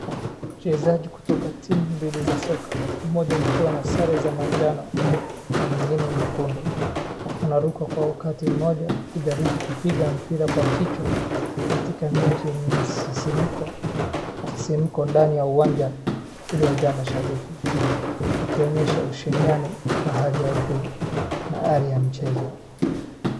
Wachezaji kutoka timu mbili za soka, moja ikiwa na sare za manjano na nyingine nyekundu, wanaruka kwa wakati mmoja kujaribu kupiga mpira kwa kichwa katika mechi yenye msisimko msisimko ndani ya uwanja uliojaa mashabiki, wakionyesha ushindani wa hali ya juu na ari ya mchezo.